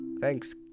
thanks